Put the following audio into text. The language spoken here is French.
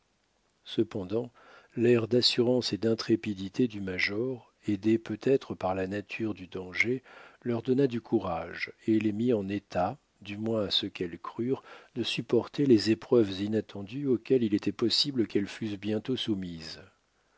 cependant l'air d'assurance et d'intrépidité du major aidé peut-être par la nature du danger leur donna du courage et les mit en état du moins à ce qu'elles crurent de supporter les épreuves inattendues auxquelles il était possible qu'elles fussent bientôt soumises